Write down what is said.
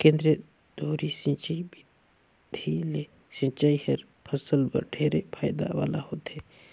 केंद्रीय धुरी सिंचई बिधि ले सिंचई हर फसल बर ढेरे फायदा वाला होथे